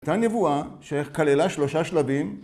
הייתה נבואה שכללה שלושה שלבים